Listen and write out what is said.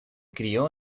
crió